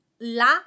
La